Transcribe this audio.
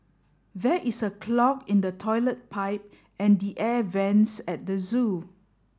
there is a clog in the toilet pipe and the air vents at the zoo